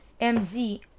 MZ